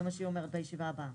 זה מה שהיא אומרת, בישיבה הבאה.